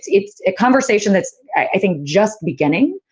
it's a conversation that's, i think, just beginning.